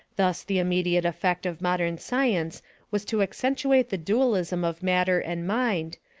thus the immediate effect of modern science was to accentuate the dualism of matter and mind,